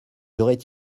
aurait